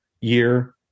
year